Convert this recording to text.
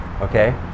Okay